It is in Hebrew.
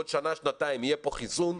בעוד שנה שנתיים יהיה פה חיסון,